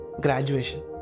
Graduation